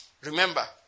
Remember